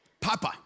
papa